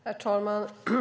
Herr talman!